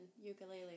ukulele